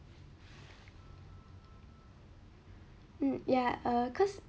mm ya err cause